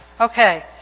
Okay